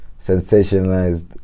sensationalized